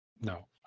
No